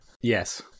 Yes